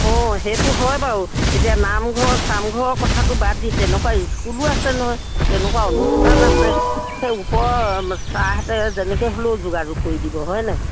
অঁ সেইটো হয় বাৰু এতিয়া নামঘৰৰ চামঘৰৰ কথাটো বাদ দি তেনেকুৱা স্কুলো আছে নহয় তেনেকুৱা অনুষ্ঠান আছে সেই ওপৰ চাৰহঁতে যেনেকে হ'লেও যোগাযোগ কৰি দিব হয় নাই